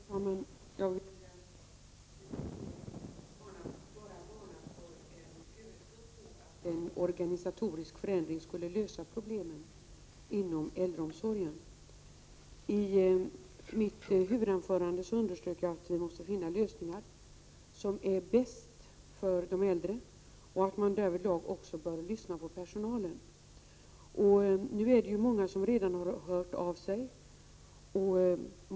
Fru talman! Jag vill med mitt inlägg bara varna för en övertro på att en organisatorisk förändring skulle kunna lösa problemen inom äldreomsorgen. I mitt huvudanförande underströk jag att vi måste finna lösningar som är de bästa möjliga ur de äldres synpunkt. Därvidlag bör man också lyssna på personalen. Nu är det redan många som har hört av sig.